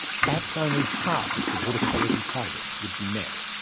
perhaps only half of the water quality targets would be met.